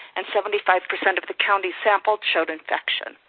and seventy five percent of the counties sampled showed infection.